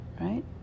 right